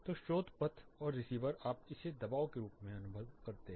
तो स्रोत पथ और रिसीवर आप इसे दबाव के रूप में अनुभव करते हैं